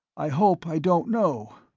i hope i don't know,